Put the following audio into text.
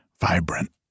vibrant